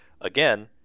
again